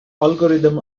algorithm